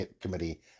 committee